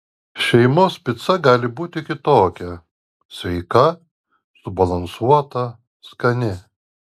šeimos pica gali būti kitokia sveika subalansuota skani